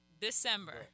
December